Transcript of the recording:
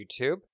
YouTube